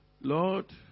Lord